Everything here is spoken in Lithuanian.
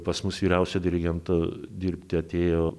pas mus vyriausiu dirigentu dirbti atėjo